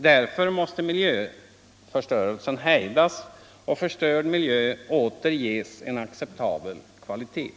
Därför måste miljöförstörelsen hejdas och förstörd miljö åter ges en acceptabel kvalitet.